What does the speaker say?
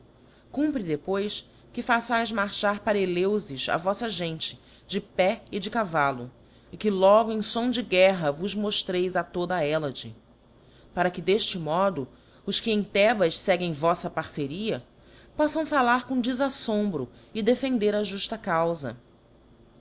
cumpre depois que façaes marchar para eleufis a voífa gente de pé e de cavallo c que logo em fom de guerra vos moftreis a toda a hellade para que d'eíle modo os que em thebas feguem voífa parceria poffam fallar com defaífombro e defender a julla caufa